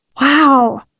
Wow